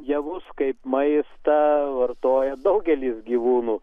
javus kaip maistą vartoja daugelis gyvūnų